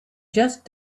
just